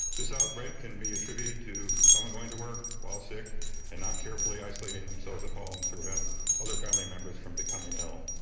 this outbreak can be attributed to someone going to work while sick and not carefully isolating themselves at home to prevent other family members from becoming ill.